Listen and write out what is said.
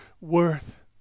worth